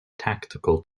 tactical